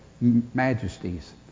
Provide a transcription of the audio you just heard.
majesties